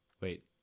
wait